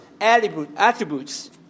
attributes